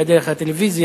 אלא דרך הטלוויזיה,